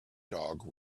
dog